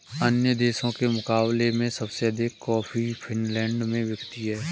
अन्य देशों के मुकाबले में सबसे अधिक कॉफी फिनलैंड में बिकती है